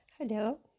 Hello